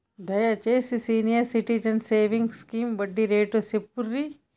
దయచేసి senior citizens savings scheme వడ్డీ rate చెప్పుర్రి